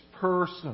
person